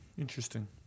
Interesting